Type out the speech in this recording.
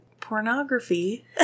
pornography